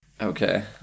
okay